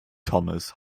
thomas